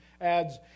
adds